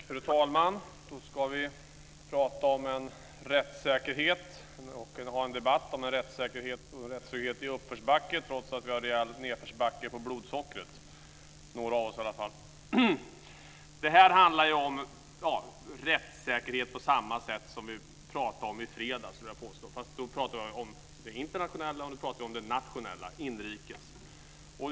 Fru talman! Vi ska nu debattera om en rättssäkerhet och rättstrygghet i uppförsbacke, även om några av oss här är i nedförsbacke när det gäller blodsockret. Jag vill påstå att det nu handlar om rättssäkerhet på motsvarande sätt som det gjorde i vår debatt i fredags. Då talade vi om den internationella rättssäkerheten och nu om den nationella rättssäkerheten.